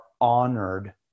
honored